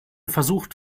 versucht